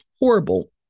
horrible